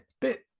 bit